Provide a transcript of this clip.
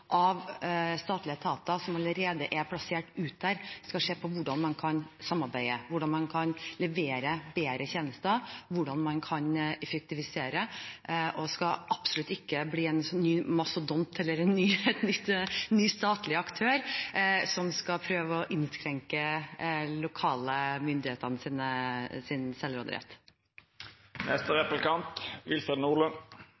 av statlige etater som allerede er plassert ut, skal se på hvordan man kan samarbeide, hvordan man kan levere bedre tjenester, og hvordan man kan effektivisere. Det skal absolutt ikke bli en ny mastodont eller en ny statlig aktør som skal prøve å innskrenke de lokale